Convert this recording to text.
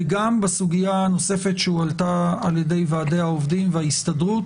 וגם בסוגיה הנוספת שהועלתה על ידי ועדי העובדים וההסתדרות